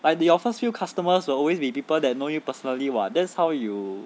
like your first few customers will always be people that know you personally [what] that's how you